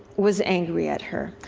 was angry at her.